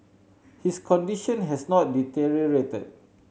his condition has not deteriorated